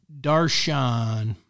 Darshan